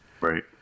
Right